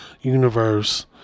universe